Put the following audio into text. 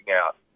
out